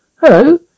Hello